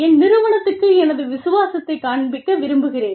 என் நிறுவனத்துக்கு எனது விசுவாசத்தைக் காண்பிக்க விரும்புகிறேன்